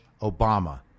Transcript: Obama—